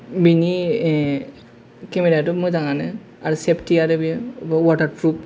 बिनि केमेरायाथ' मोजांआनो आरो सेफति आरो बेयो वातारप्रुफ